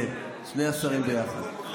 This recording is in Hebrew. כן, שני השרים ביחד.